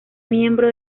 miembro